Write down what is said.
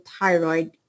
thyroid